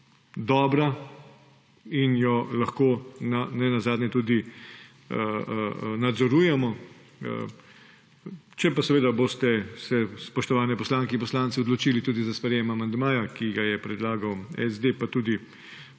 dobra in jo lahko ne nazadnje tudi nadzorujemo. Če se boste, spoštovani poslanke in poslanci, odločili tudi za sprejetje amandmaja, ki ga je predlagal SD, pa tudi